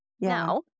Now